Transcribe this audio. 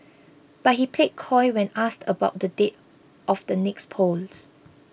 but he played coy when asked about the date of the next polls